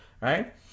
right